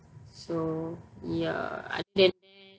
so ya other than that